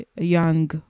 young